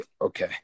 Okay